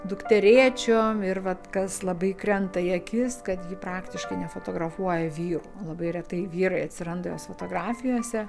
dukterėčiom ir vat kas labai krenta į akis kad ji praktiškai nefotografuoja vyrų labai retai vyrai atsiranda jos fotografijose